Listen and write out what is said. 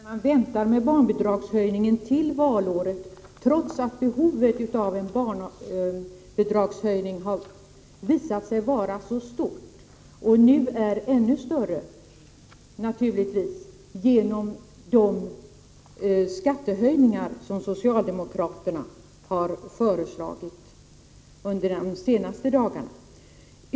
Herr talman! Nog kan det tyckas vara ren spekulation från socialdemokratiskt håll, när man väntar med barnbidragshöjningen till valåret, trots att behovet av en barnbidragshöjning visat sig vara så stort och nu naturligtvis är ännu större genom de skattehöjningar som socialdemokraterna föreslagit under de senaste dagarna.